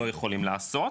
לא יכולים לעשות,